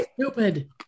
stupid